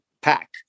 pack